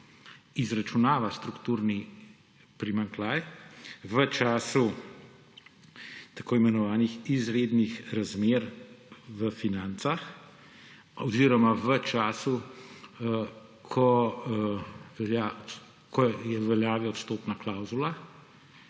izračunava strukturni primanjkljaj v času tako imenovanih izrednih razmer v financah oziroma v času, ko je v veljavi odstopna klavzula,